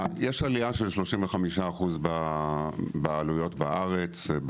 יש עלייה של 35% בעלויות בארץ.